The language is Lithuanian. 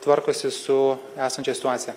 tvarkosi su esančia situacija